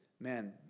man